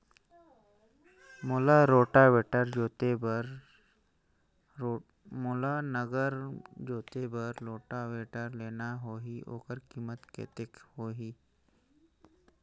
मोला नागर जोते बार रोटावेटर लेना हे ओकर कीमत कतेक होही?